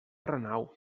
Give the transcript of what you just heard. renau